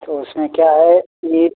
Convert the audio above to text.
तो उसमें क्या है कि